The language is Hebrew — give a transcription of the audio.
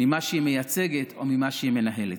ממה שהיא מייצגת או ממה שהיא מנהלת.